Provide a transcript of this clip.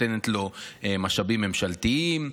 נותנת לו משאבים ממשלתיים,